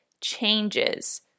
changes